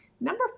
Number